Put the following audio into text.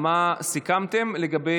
להשיב.